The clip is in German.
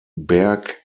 berg